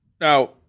Now